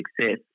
success